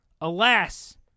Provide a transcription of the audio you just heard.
alas